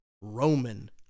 Roman